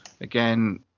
again